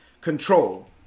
control